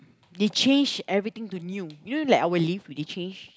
they change everything to new you know like our lift they change